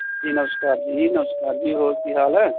ਜੀ ਨਮਸਕਾਰ ਜੀ ਨਮਸਕਾਰ ਜੀ ਹੋਰ ਕੀ ਹਾਲ ਹੈ